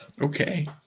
Okay